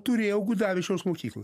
turėjau gudavičiaus mokyklą